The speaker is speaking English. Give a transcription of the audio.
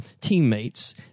teammates